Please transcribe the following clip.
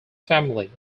family